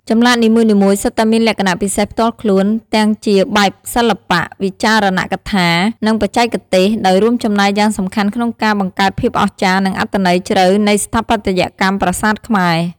ចម្លាក់នីមួយៗសុទ្ធតែមានលក្ខណៈពិសេសផ្ទាល់ខ្លួន ទាំងជាបែបសិល្បៈ វិចារណកថា និងបច្ចេកទេស ដោយរួមចំណែកយ៉ាងសំខាន់ក្នុងការបង្កើតភាពអស្ចារ្យ និងអត្ថន័យជ្រៅនៃស្ថាបត្យកម្មប្រាសាទខ្មែរ។